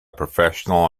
professional